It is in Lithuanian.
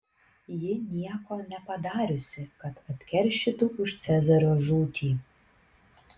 ji nieko nepadariusi kad atkeršytų už cezario žūtį